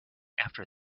after